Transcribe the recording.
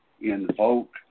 Invoke